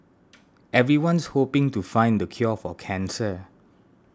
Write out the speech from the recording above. everyone's hoping to find the cure for cancer